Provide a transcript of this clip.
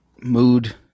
mood